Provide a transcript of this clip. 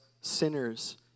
sinners